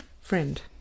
Friend